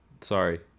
sorry